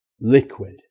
liquid